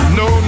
no